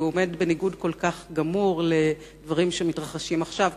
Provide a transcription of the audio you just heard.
כי הוא עומד בניגוד כל כך גמור לדברים שמתרחשים עכשיו,